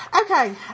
okay